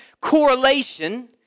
correlation